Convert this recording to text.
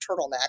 turtleneck